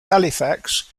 halifax